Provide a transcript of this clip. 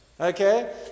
Okay